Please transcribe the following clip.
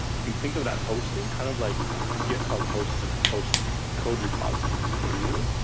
you can think of that hosting kind of like github host ah host code repositories for you.